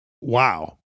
wow